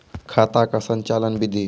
खाता का संचालन बिधि?